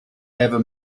ever